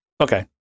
Okay